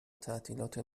تعطیلات